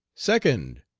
second,